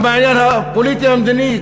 גם בעניין הפוליטי המדיני,